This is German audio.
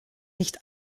nicht